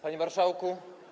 Panie Marszałku!